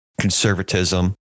conservatism